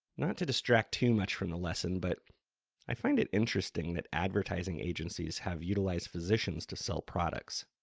not to distract too much from the lesson, but i find it interesting that advertising agencies have utilized physicians to sell products,